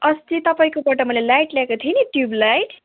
अस्ति तपाईँकोबाट मैले लाइट ल्याएको थिएँ नि ट्युब लाइट